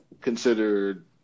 considered